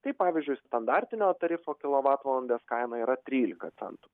tai pavyzdžiui standartinio tarifo kilovatvalandės kaina yra trylika centų